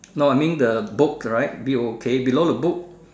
no I mean the book correct B O O K below the book